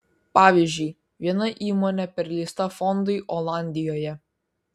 pavyzdžiui viena įmonė perleista fondui olandijoje